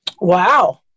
Wow